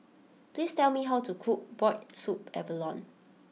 please tell me how to cook Boiled Abalone Soup